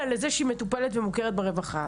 אלא לזה שהיא מטופלת ומוכרת ברווחה.